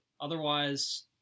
Otherwise